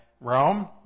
Rome